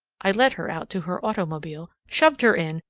i led her out to her automobile, shoved her in,